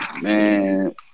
Man